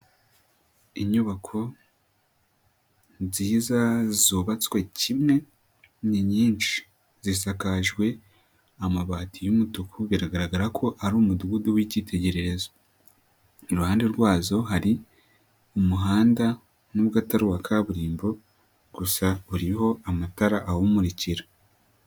Inyubako nziza zubatswe kimwe ni nyinshi, zisakajwe amabati y'umutuku biragaragara ko ari umudugudu w'ikitegererezo, iruhande rwazo hari umuhanda nubwo atari uwa kaburimbo gusa uriho amatara awumurikira.